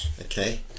Okay